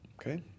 Okay